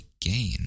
gain